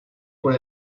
por